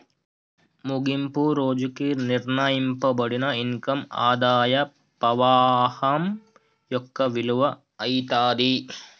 ముగింపు రోజుకి నిర్ణయింపబడిన ఇన్కమ్ ఆదాయ పవాహం యొక్క విలువ అయితాది